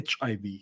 HIV